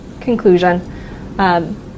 conclusion